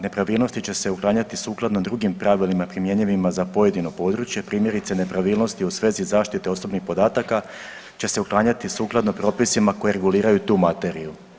Nepravilnosti će se uklanjati sukladno drugim pravilima primjenjivima za pojedino područje, primjerice nepravilnosti u svezi zaštite osobnih podataka će se uklanjati sukladno propisima koji reguliraju tu materiju.